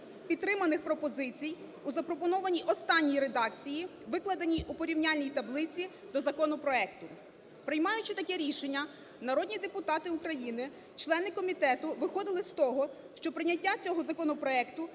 підтриманих пропозицій у запропонованій останній редакції, викладеній у порівняльній таблиці до законопроекту. Приймаючи таке рішення, народні депутати України члени комітету виходили з того, що прийняття цього законопроекту